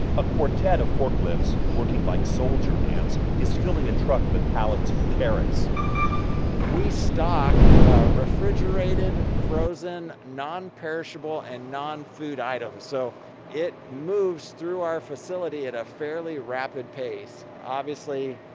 a quartet of forklifts working like soldier ants is filling a truck with pallets of carrots we stock refrigerated, frozen, nonperishable and non-food items. so it moves through our facility at a fairly rapid pace. obviously,